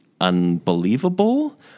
unbelievable